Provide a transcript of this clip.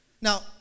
Now